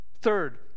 Third